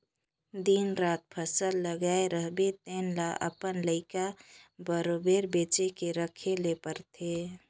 दिन रात फसल लगाए रहिबे तेन ल अपन लइका बरोबेर बचे के रखे ले परथे